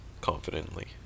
confidently